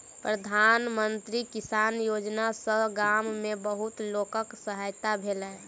प्रधान मंत्री किसान योजना सॅ गाम में बहुत लोकक सहायता भेल